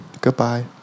goodbye